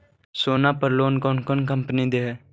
सोना पर लोन कौन कौन कंपनी दे है?